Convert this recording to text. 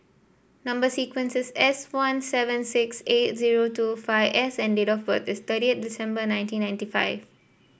number sequence is S one seven six eight zero two five S and date of birth is thirtieth December nineteen ninety five